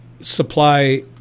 supply